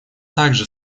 также